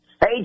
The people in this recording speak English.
Hey